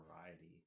variety